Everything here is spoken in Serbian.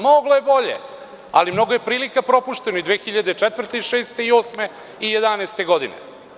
Moglo je bolje, ali mnogo je prilika propušteno, 2004, 2006, 2008. i 2011. godine.